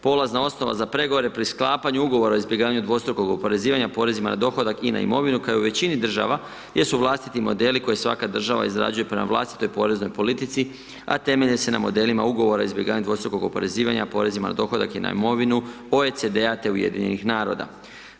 Polazna osnova za pregovore pri sklapanju Ugovor o izbjegavanju dvostrukog oporezivanja porezima na dohodak i na imovinu, kao i u većini država, jesu vlastiti modeli koje svaka država izrađuje prema vlastitoj poreznoj politici, a temelji se na modelima Ugovor o izbjegavanju dvostrukog oporezivanja porezima na dohodak i na imovinu OCD-a, te UN-a.